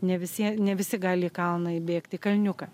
ne visie ne visi gali į kalną įbėgt į kalniuką